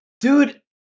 dude